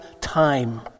time